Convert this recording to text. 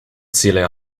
celia